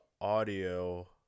audio